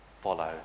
follow